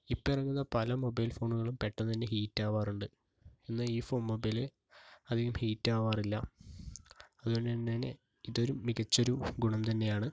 ഇപ്പോൾ ഇറങ്ങുന്ന പല മൊബൈൽ ഫോണുകളും പെട്ടന്ന് തന്നെ ഹീറ്റാവാറുണ്ട് എന്നാൽ ഈ ഫോൺ മൊബൈൽ അധികം ഹീറ്റാവാറില്ല അതുകൊണ്ട്തന്നെ ഇതൊരു മികച്ചൊരു ഗുണം തന്നെയാണ്